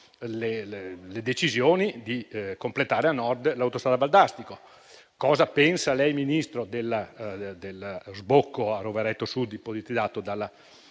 la decisione di completare a Nord l'autostrada Valdastico; cosa pensa lei, Ministro, dello sbocco a Rovereto Sud ipotizzato dalla